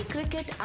Cricket